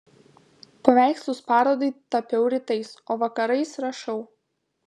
paveikslus parodai tapiau rytais o vakarais rašau